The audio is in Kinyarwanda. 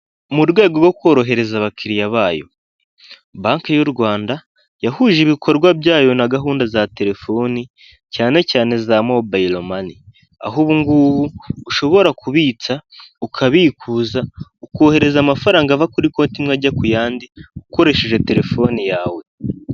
Mu rwego rwo korohereza abakiriya bayo, banki y'u Rwanda yahuje ibikorwa byayo na gahunda za telefoni cyane cyane za mobayiro mane, aho ubungubu ushobora kubitsa, ukabikuza, ukohereza amafaranga ava kuri konti imwe ajya ku yandi ukoresheje telefone yawe.